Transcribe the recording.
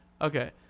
Okay